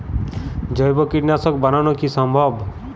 জৈব কীটনাশক বানানো কি সম্ভব?